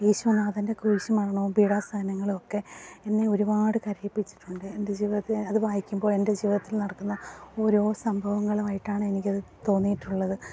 യേശു നാഥൻ്റെ കുരിശു മരണവും പീഡാസഹനങ്ങളുമൊക്കെ എന്നെ ഒരുപാട് കരയിപ്പിച്ചിട്ടുണ്ട് എൻ്റെ ജീവിതത്തിൽ അത് വായിക്കുമ്പോള് എൻ്റെ ജീവിതത്തിൽ നടക്കുന്ന ഓരോ സംഭവങ്ങളുമായിട്ടാണെനിക്കത് തോന്നിയിട്ടുള്ളത്